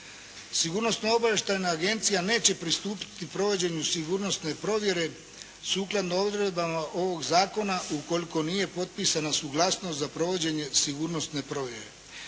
Sigurnosno obavještajna agencija neće pristupiti provođenju sigurnosne provjere sukladno odredbama ovoga Zakona ukoliko nije potpisana suglasnost za provođenje sigurnosne provjere.